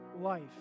life